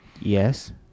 Yes